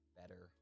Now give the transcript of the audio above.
better